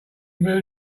moon